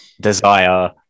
desire